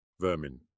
Vermin